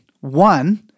one